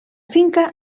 finca